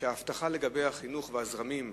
שההבטחה לגבי החינוך והזרמים,